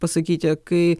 pasakyti kai